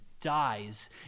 dies